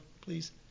please